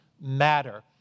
Matter